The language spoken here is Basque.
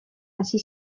hasi